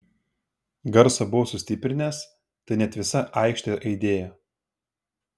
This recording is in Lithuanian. garsą buvau sustiprinęs tai net visa aikštė aidėjo